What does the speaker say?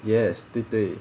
yes 对对